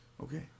Okay